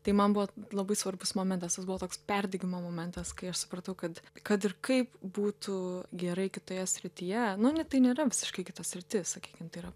tai man buvo labai svarbus momentas tas buvo toks perdegimo momentas kai aš supratau kad kad ir kaip būtų gerai kitoje srityje nu ne tai nėra visiškai kita sritis sakykim tai yra